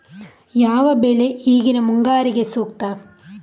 ಯಾವ ಬೆಳೆ ಈಗಿನ ಮುಂಗಾರಿಗೆ ಸೂಕ್ತ?